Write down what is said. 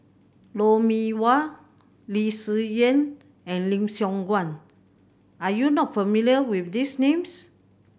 Lou Mee Wah Lee Si Shyan and Lim Siong Guan are you not familiar with these names